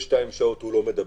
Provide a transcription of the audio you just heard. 72 שעות האדם אינו מדבק,